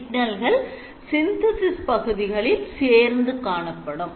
சிக்னல்கள் Synthesis பகுதிகளில் சேர்ந்து காணப்படும்